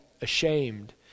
ashamed